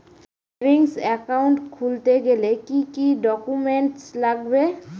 Savings account খুলতে গেলে কি কি ডকুমেন্টস লাগবে?